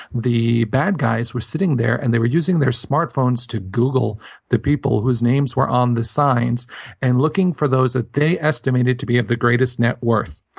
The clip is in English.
the bad guys were sitting there, and they were using their smart phones to google the people whose names were on the signs and looking for those that they estimated to be of the greatest net worth.